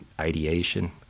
ideation